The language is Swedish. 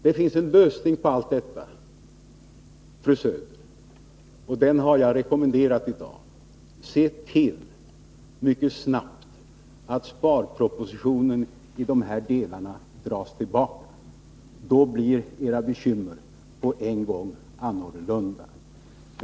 Det finns en lösning på allt detta, fru Söder, och den har jag rekommenderat i dag: se till att sparpropositionen i de här delarna mycket snabbt dras tillbaka! Då blir era bekymmer på en gång annorlunda.